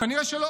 כנראה שלא.